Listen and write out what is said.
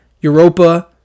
Europa